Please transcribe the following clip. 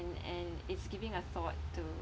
and and it's giving a thought to